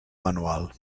manual